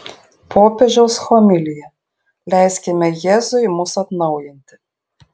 popiežiaus homilija leiskime jėzui mus atnaujinti